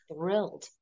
thrilled